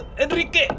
Enrique